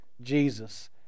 Jesus